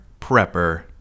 prepper